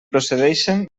procedixen